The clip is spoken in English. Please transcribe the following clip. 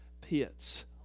pits